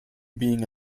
being